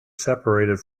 seperated